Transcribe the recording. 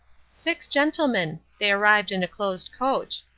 six gentlemen. they arrived in a closed coach.